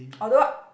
although